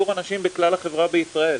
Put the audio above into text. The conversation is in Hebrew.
הנושא הזה בכלל של תעסוקה ונושאים שבמדיניות,